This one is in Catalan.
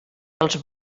els